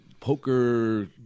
poker